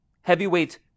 heavyweight